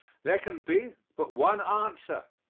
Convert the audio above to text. there can be but one answer.